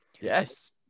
Yes